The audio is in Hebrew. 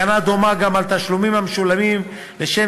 הגנה דומה גם על תשלומים המשולמים לשם